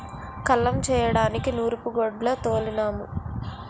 కల్లం చేయడానికి నూరూపుగొడ్డ తోలినాము